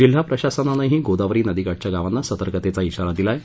जिल्हा प्रशासनानंही गोदावरी नदीकाठच्या गावांना सतर्कतेचा ध्राारा दिला आहे